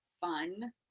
fun